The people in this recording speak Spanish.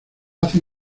hace